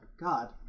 God